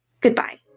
goodbye